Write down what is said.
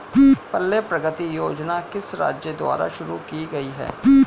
पल्ले प्रगति योजना किस राज्य द्वारा शुरू की गई है?